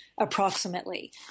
approximately